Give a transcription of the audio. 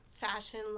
fashion